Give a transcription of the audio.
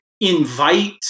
invite